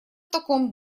таком